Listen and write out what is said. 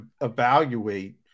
evaluate